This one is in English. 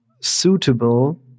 suitable